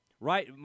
right –